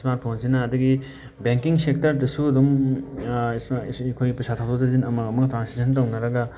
smart ꯐꯣꯟꯁꯤꯅ ꯑꯗꯒꯤ banking ꯁꯦꯛꯇꯔꯗꯁꯨ ꯑꯗꯨꯝ ꯑꯩꯈꯣꯏꯒꯤ ꯄꯩꯁꯥ ꯊꯥꯗꯣꯛ ꯊꯥꯖꯤꯟ ꯑꯃ ꯑꯃ ꯇ꯭ꯔꯥꯟꯁꯦꯛꯁꯟ ꯇꯧꯅꯔꯒ